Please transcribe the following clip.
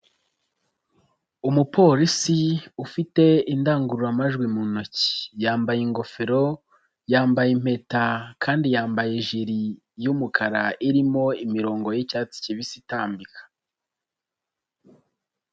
Umupolisi ufite indangururamajwi mu ntoki, yambaye ingofero, yambaye impeta kandi yambaye ijiri y'umukara irimo imirongo y'icyatsi kibisi itambika.